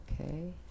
Okay